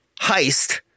heist